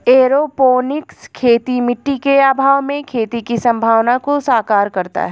aeroponics खेती मिट्टी के अभाव में खेती की संभावना को साकार करता है